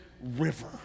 river